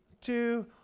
Two